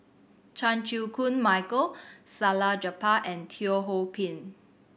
Chan Chew Koon Michael Salleh Japar and Teo Ho Pin